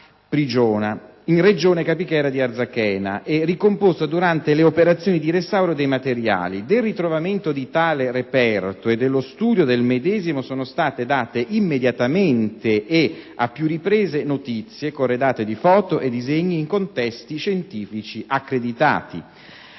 Prisgiona) in regione Capichera di Arzachena, e ricomposta durante le operazioni di restauro dei materiali. Del ritrovamento di tale reperto e dello studio del medesimo sono state date immediatamente e a più riprese notizie, corredate di foto e disegni, in contesti scientifici accreditati.